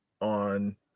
on